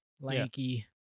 lanky